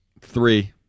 Three